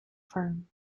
firm